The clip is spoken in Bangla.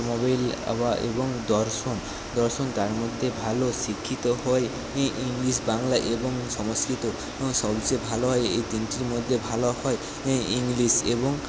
অটোমোবাইল বা এবং দর্শন দর্শন তার মধ্যে ভালো শিক্ষিত হয় ইংলিশ বাংলা এবং সংস্কৃত সবচেয়ে ভালো হয় এই তিনটির মধ্যে ভালো হয় ইংলিশ এবং